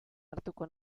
hartuko